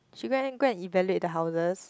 she go and go and evaluate the houses